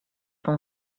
ton